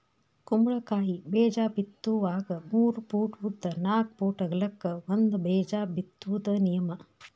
ಕುಂಬಳಕಾಯಿ ಬೇಜಾ ಬಿತ್ತುವಾಗ ಮೂರ ಪೂಟ್ ಉದ್ದ ನಾಕ್ ಪೂಟ್ ಅಗಲಕ್ಕ ಒಂದ ಬೇಜಾ ಬಿತ್ತುದ ನಿಯಮ